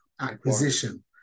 acquisition